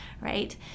right